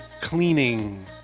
cleaning